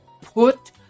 put